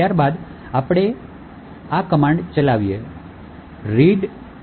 ત્યારબાદ આપણે આ આદેશ ચલાવો readelf H hello